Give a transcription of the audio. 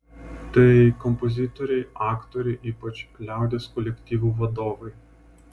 tai kompozitoriai aktoriai ypač liaudies kolektyvų vadovai